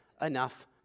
enough